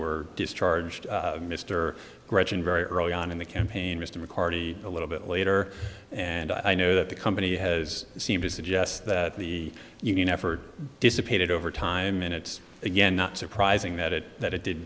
were discharged mr gretchen very early on in the campaign mr mccarty a little bit later and i know that the company has seemed to suggest that the union effort dissipated over time minutes again not surprising that it that it did